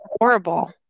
horrible